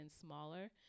smaller